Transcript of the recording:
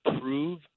prove